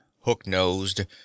hook-nosed